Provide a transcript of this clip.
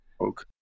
Okay